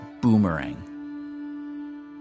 boomerang